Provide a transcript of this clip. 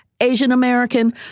Asian-American